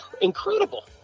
incredible